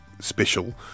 special